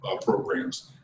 programs